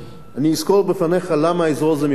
אסקור בפניך למה האזור הזה מבוזבז.